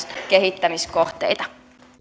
kehittämiskohteita